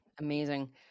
Amazing